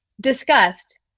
discussed